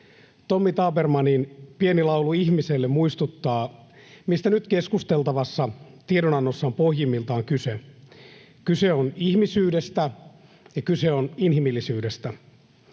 Tommy Tabermanin Pieni laulu ihmisestä muistuttaa, mistä nyt keskusteltavassa tiedonannossa on pohjimmiltaan kyse. Kyse on ihmisyydestä, ja kyse on inhimillisyydestä.